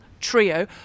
trio